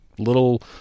Little